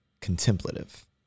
contemplative